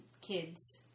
kids